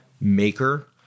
Maker